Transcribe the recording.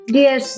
Dear